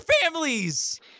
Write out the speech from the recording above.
families